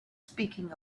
speaking